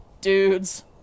dudes